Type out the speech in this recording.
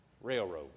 railroad